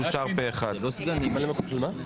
הצבעה ההצעה אושרה.